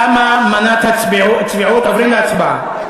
תמה מנת הצביעות, עוברים להצבעה.